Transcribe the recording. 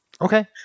Okay